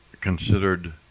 considered